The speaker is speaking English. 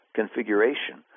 configuration